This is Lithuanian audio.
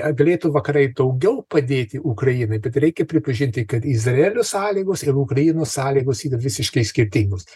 ar galėtų vakarai daugiau padėti ukrainai bet reikia pripažinti kad izraelio sąlygos ir ukrainos sąlygos yra visiškai skirtingos